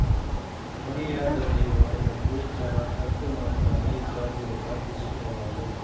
మనియార్డర్ని వాడినప్పుడు చానా తక్కువ మొత్తాన్ని చార్జీలుగా తీసుకునేవాళ్ళు